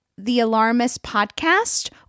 thealarmistpodcast